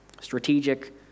Strategic